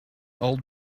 old